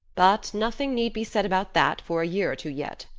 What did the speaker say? but nothing need be said about that for a year or two yet.